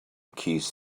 keys